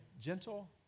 gentle